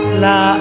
la